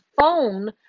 phone